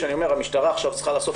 שאני אומר שהמשטרה עכשיו צריכה לאסוף